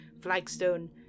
flagstone